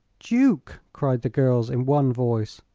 duke! cried the girls, in one voice.